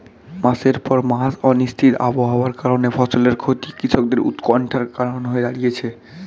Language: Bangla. মাসের পর মাস অনিশ্চিত আবহাওয়ার কারণে ফসলের ক্ষতি কৃষকদের উৎকন্ঠার কারণ হয়ে দাঁড়িয়েছে